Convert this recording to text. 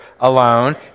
alone